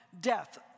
death